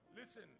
Listen